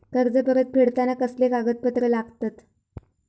कर्ज परत फेडताना कसले कागदपत्र लागतत?